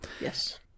Yes